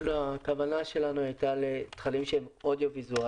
הכוונה שלנו הייתה למי שמספק תכנים אודיו-ויזואליים.